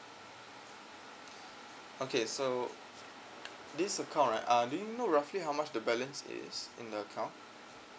okay so this account right uh do you know roughly how much the balance is in the account